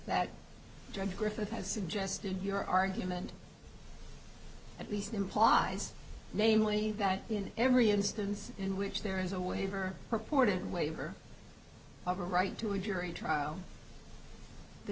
judge griffith has suggested your argument at least implies namely that in every instance in which there is a waiver purported waiver of a right to a jury trial the